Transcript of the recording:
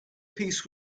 peace